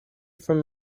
from